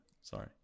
Sorry